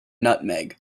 nutmeg